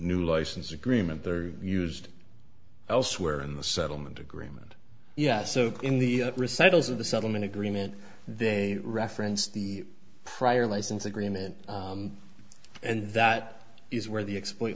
new license agreement they're used elsewhere in the settlement agreement yet so in the recitals of the settlement agreement they referenced the prior license agreement and that is where the expl